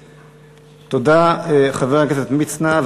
תודה, חבר הכנסת מצנע.